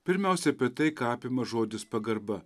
pirmiausia apie tai ką apima žodis pagarba